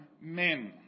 men